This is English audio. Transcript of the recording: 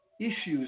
issues